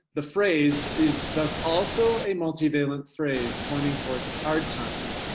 the phrase, is thus also a multivalent phrase, pointing toward hard times,